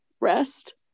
rest